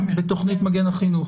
בתוכנית מגן החינוך?